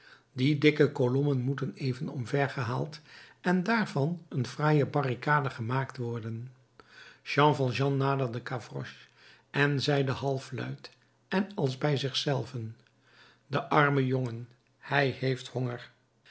die dikke kolommen moeten even omver gehaald en daarvan een fraaie barricade gemaakt worden jean valjean naderde gavroche en zeide halfluid en als bij zich zelven de arme jongen hij heeft honger